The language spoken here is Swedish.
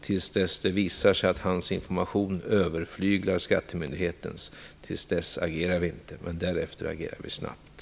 Till dess det visar sig att hans information överflyglar skattemyndighetens agerar vi inte; därefter agerar vi snabbt.